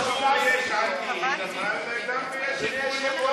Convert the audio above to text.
אני לא זזתי מהכיסא.